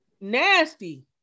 nasty